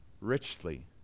richly